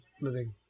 living